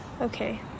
Okay